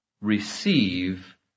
receive